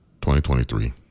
2023